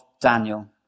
Daniel